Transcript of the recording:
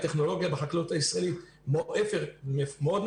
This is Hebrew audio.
הטכנולוגיה בחקלאות הישראלית מאוד מפוארת